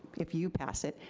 if you pass it,